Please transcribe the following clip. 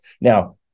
Now